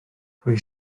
pwy